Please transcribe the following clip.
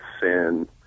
sin